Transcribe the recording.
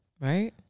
right